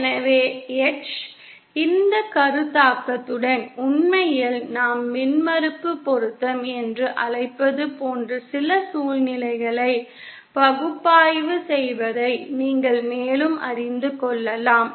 எனவே h இந்த கருத்தாக்கத்துடன் உண்மையில் நாம் மின்மறுப்பு பொருத்தம் என்று அழைப்பது போன்ற சில சூழ்நிலைகளை பகுப்பாய்வு செய்வதை நீங்கள் மேலும் அறிந்து கொள்ளலாம்